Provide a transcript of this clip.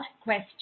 question